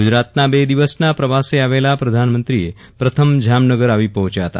ગુજરાતના બે દિવસના પ્રવાસે આવેલા પ્રધાનમંત્રીએ પ્રથમ જામનગર આવી પહોંચ્યા હતા